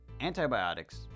antibiotics